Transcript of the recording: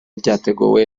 ryateguwe